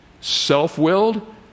self-willed